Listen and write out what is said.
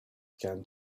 began